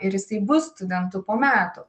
ir jisai bus studentu po metų